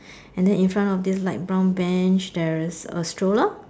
and then in front of this light brown bench there's a stroller